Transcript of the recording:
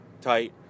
tight